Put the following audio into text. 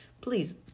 Please